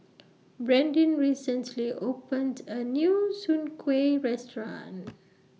Brandin recently opened A New Soon Kuih Restaurant